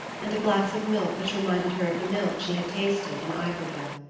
and a glass of milk which reminded her of the milk she had tasted in iberville.